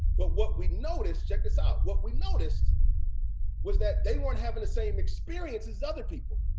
but what we noticed, check this out, what we noticed was that they weren't having the same experience as other people.